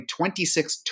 26